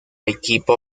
equipo